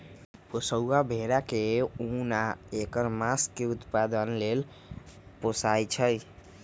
पोशौआ भेड़ा के उन आ ऐकर मास के उत्पादन लेल पोशइ छइ